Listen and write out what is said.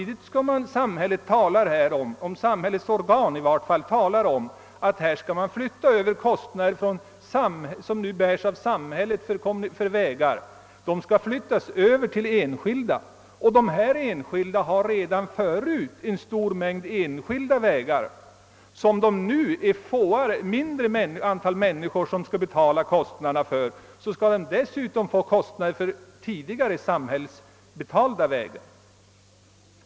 De enskilda vägföreningar som här skulle komma i fråga har redan förut en stor börda med de vägar de har att underhålla. Samtidigt som vägföreningarna får ett allt mindre antal människor som bidrar till kostnaderna för dessa enskilda vägar talar vägmyndigheterna om att på dem Öövervältra kostnaderna för tidigare av samhället betalda vägar.